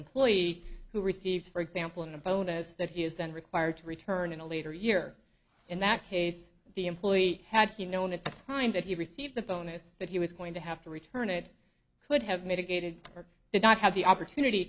employee who receives for example in a bonus that he is then required to return in a later year in that case the employee had he known at the time that he received the phone as that he was going to have to return it could have mitigated or did not have the opportunity